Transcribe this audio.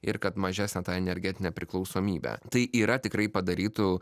ir kad mažesnė ta energetinė priklausomybė tai yra tikrai padarytų